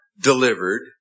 delivered